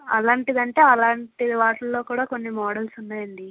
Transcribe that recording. అలాంటిదంటే అలాంటి వాటిల్లో కూడా కొన్ని మోడల్స్ ఉన్నాయండీ